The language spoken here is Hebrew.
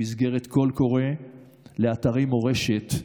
במסגרת קול קורא לאתרי מורשת,